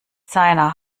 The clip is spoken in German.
seiner